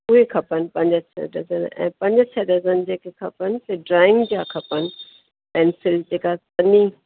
उहे खपनि पंज छह डज़न ऐं पंज छह डज़न जेके खपनि से ड्रॉइंग जा खपनि पेंसिल जेका सन्ही